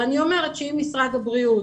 ואני אומרת שאם משרד הבריאות